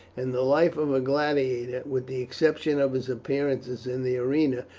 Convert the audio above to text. and the life of a gladiator, with the exception of his appearances in the arena,